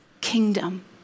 kingdom